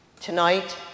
Tonight